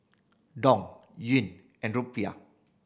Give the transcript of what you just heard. Dong Yuan and Rupiah